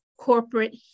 Corporate